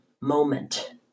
moment